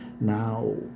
now